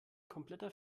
kompletter